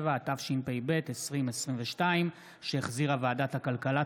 47), התשפ"ב 2022, שהחזירה ועדת הכלכלה.